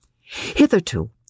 Hitherto